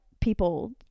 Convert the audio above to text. people